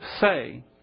say